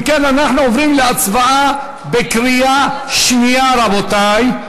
אם כן, אנחנו עוברים להצבעה בקריאה שנייה, רבותי.